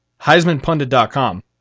heismanpundit.com